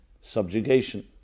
subjugation